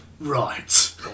Right